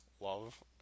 Love